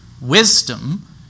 wisdom